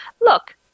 look